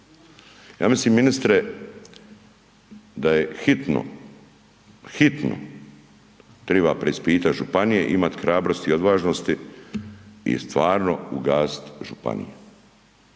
ja mislim ministre da je hitno, hitno treba preispita županije i imat hrabrosti i odvažnosti i stvarno ugasiti županije.